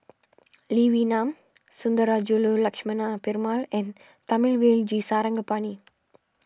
Lee Wee Nam Sundarajulu Lakshmana Perumal and Thamizhavel G Sarangapani